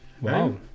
Wow